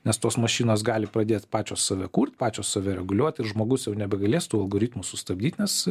nes tos mašinos gali pradėt pačios save kurt pačios save reguliuot ir žmogus jau nebegalės tų algoritmų sustabdyt nes